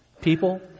people